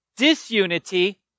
disunity